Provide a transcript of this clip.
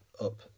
up